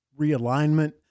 realignment